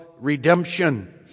redemption